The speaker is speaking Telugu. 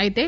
అయితే